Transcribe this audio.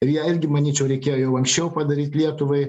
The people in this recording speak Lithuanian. ir ją irgi manyčiau reikėjo jau anksčiau padaryt lietuvai